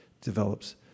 develops